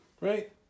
right